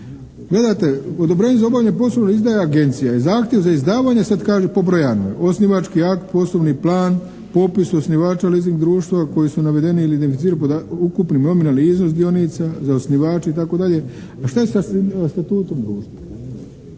Gledajte, odobrenje za obavljanje poslova izdaje agencija i zahtjev za izdavanje sad kaže pobrojano je, osnivački akt, poslovni plan, popis osnivača leasing društva koji su navedeni ili …/Govornik se ne razumije./… ukupni nominalni iznos dionica za osnivače itd., a šta je sa statutom društva?